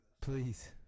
Please